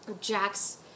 Jack's